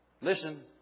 Listen